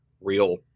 Real